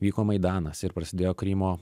vyko maidanas ir prasidėjo krymo